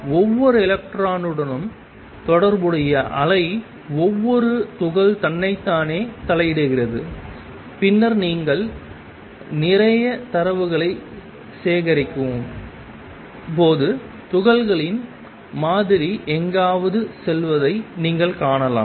ஒவ்வொரு எலக்ட்ரானுடனும் தொடர்புடைய அலை ஒவ்வொரு துகள் தன்னைத்தானே தலையிடுகிறது பின்னர் நீங்கள் நிறைய தரவுகளை சேகரிக்கும் போது துகள்களின் மாதிரி எங்காவது செல்வதை நீங்கள் காணலாம்